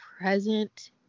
present